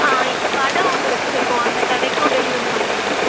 ஆ இப்போ கடை ஒன்று வச்சுருக்கோம் அந்த கடைக்கும் டெலிவரி பண்ண முடியுமா